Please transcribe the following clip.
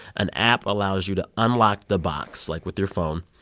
an app allows you to unlock the box, like, with your phone.